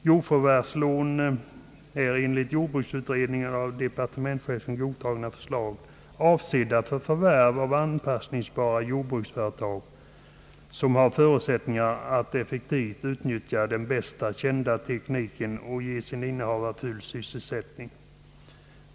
Jordförvärvslån är enligt jordbruksutredningens av departementschefen godkända förslag avsedda för förvärv av anpassningsbara jordbruksföretag, som har förutsättningar att effektivt utnyttja den bästa kända tekniken och ge sin innehavare full sysselsättning.